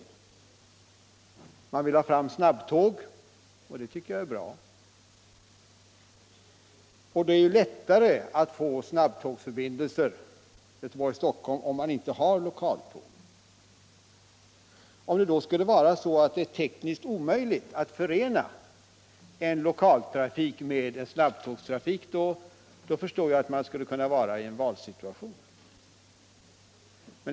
Man vill nämligen ha fram snabbtåg på sträckan Göteborg-Stockholm — och det tycker jag i och för sig är bra — och det är ju lättare att få snabbtågsförbindelser på en sträcka om man inte har lokaltåg där. Om det skulle vara så att det är tekniskt omöjligt att förena en lokaltågstrafik Alingsås-Göteborg med en snabbtågstrafik Göteborg-Stockholm, då förstår jag att man måste komma i en valsituation.